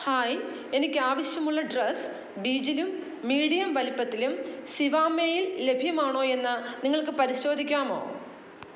hi എനിക്കാവശ്യമുള്ള dress ബീജിലും medium വലിപ്പത്തിലും സിവാമേയിൽ ലഭ്യമാണോ എന്ന് നിങ്ങൾക്ക് പരിശോധിക്കാമോ